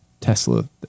Tesla